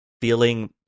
feeling